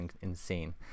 insane